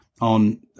on